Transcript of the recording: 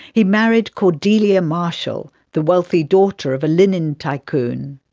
he married cordelia marshall, the wealthy daughter of a linen tycoon.